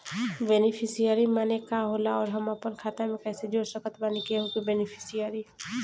Beneficiary माने का होखेला और हम आपन खाता मे कैसे जोड़ सकत बानी केहु के बेनीफिसियरी?